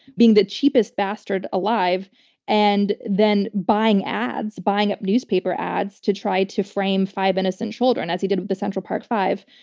being the cheapest bastard alive and then buying ads, buying up newspaper ads to try to frame five innocent children, as he did with the central park five.